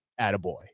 Attaboy